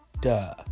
duh